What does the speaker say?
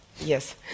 Yes